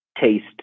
taste